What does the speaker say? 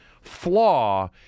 flaw